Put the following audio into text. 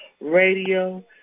Radio